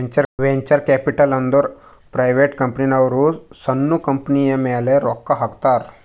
venture capital ಅಂದುರ್ private ಕಂಪನಿದವ್ರು ಸಣ್ಣು ಕಂಪನಿಯ ಮ್ಯಾಲ ರೊಕ್ಕಾ ಹಾಕ್ತಾರ್